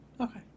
Okay